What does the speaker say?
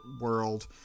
World